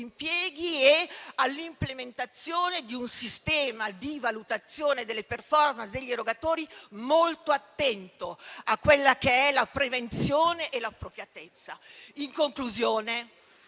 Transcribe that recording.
e all'implementazione di un sistema di valutazione delle *performance* degli erogatori molto attento alla prevenzione e all'appropriatezza. In conclusione,